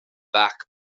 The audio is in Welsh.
bach